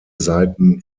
seiten